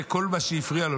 זה כל מה שהפריע לו.